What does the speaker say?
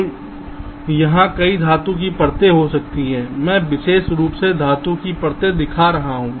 तो यहां कई धातु परतें हो सकती हैं मैं विशेष रूप से धातु की परतें दिखा रहा हूं